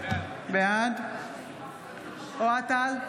בעד אוהד טל,